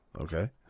Okay